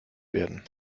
werden